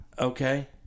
Okay